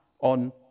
on